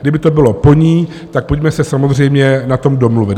Kdyby to bylo po ní, tak pojďme se samozřejmě na tom domluvit.